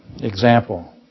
example